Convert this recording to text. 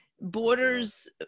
Borders